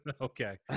Okay